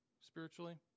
spiritually